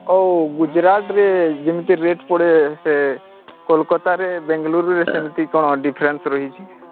ହଉ ଗୁଜୁରାଟରେ ଯେମିତି ରେଟ୍ ପଡ଼େ ସେ କଲକାତାରେ ବେଙ୍ଗଲୁରରେ ସେମିତି କ'ଣ ଡିଫରେନ୍ସ ରହିଛି